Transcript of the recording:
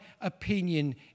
opinion